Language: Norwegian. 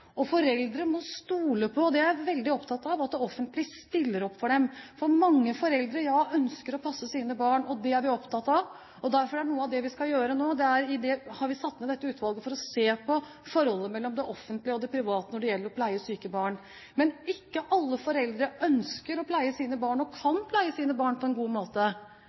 Og foreldre må stole på – det er jeg veldig opptatt av – at det offentlige stiller opp for dem, for mange foreldre ønsker å passe sine barn. Det er vi opptatt av, og derfor har vi satt ned dette utvalget for å se på forholdet mellom det offentlige og det private når det gjelder å pleie syke barn. Men ikke alle foreldre ønsker og kan pleie sin barn på en god måte. De ønsker det nok, men de ser at de kanskje ikke kan gjøre det på en god nok måte.